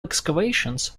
excavations